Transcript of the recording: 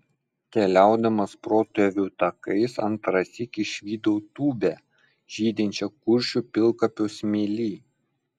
keliaudamas protėvių takais antrąsyk išvydau tūbę žydinčią kuršių pilkapio smėly